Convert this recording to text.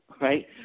right